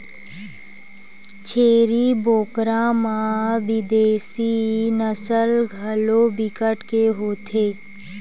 छेरी बोकरा म बिदेसी नसल घलो बिकट के होथे